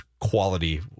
quality